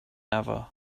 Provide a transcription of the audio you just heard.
ever